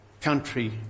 country